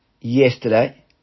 yesterday